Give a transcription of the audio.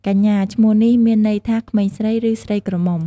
កញ្ញា ឈ្មោះនេះមានន័យថាក្មេងស្រី ឬ ស្រីក្រមុំ។